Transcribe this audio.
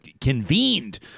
convened